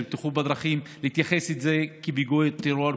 בטיחות בדרכים ותתייחס לזה כאל פיגועי טרור.